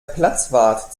platzwart